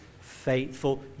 faithful